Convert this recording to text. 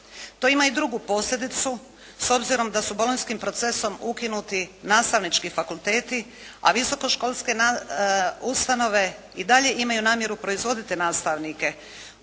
To ima i drugu posljedicu s obzirom da su Bolonjskim procesom ukinuti nastavnički fakulteti, visoko-školske ustanove i dalje imaju namjeru proizvoditi nastavnike.